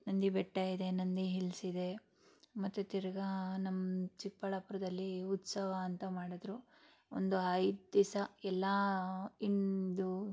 ನಂದಿ ಬೆಟ್ಟ ಇದೆ ನಂದಿ ಹಿಲ್ಸ್ ಇದೆ ಮತ್ತು ತಿರ್ಗಿ ನಮ್ಮ ಚಿಕ್ಕಬಳ್ಳಾಪುರದಲ್ಲಿ ಉತ್ಸವ ಅಂತ ಮಾಡಿದ್ರು ಒಂದು ಐದು ದಿವ್ಸ ಎಲ್ಲ ಹಿಂದೂ